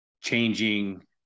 changing